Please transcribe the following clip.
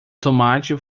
tomate